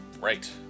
Right